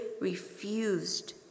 refused